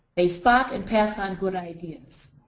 they spot and pass on good ideas.